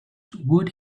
would